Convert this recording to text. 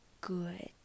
good